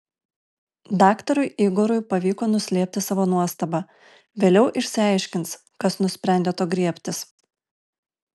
daktarui igorui pavyko nuslėpti savo nuostabą vėliau išsiaiškins kas nusprendė to griebtis